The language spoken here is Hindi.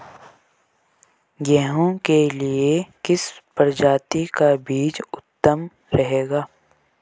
गेहूँ के लिए किस प्रजाति का बीज उत्तम रहेगा?